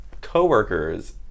co-workers